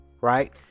right